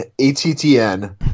ATTN